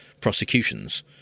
prosecutions